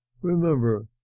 Remember